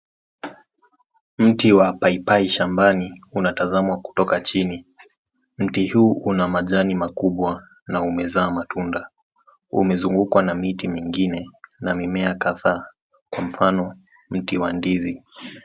Mti wa paipai shambani unatazamwa kutoka chini, mti huu una majani makubwa na umezaa matunda. Umezungukwa na miti mingine na mimea kathaa kwa mfano mti wa ndizi.